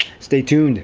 stay tuned.